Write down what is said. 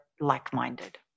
like-minded